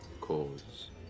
cause